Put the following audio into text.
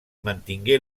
mantingué